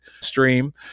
stream